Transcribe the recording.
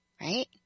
right